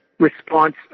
response